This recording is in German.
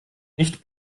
nicht